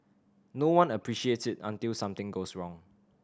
no one appreciates it until something goes wrong